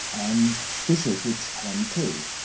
and fishes which have only two.